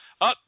Up